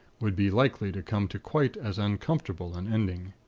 would be likely to come to quite as uncomfortable an ending.